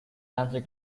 nancy